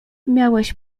miałeś